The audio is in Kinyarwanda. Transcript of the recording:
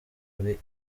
kuri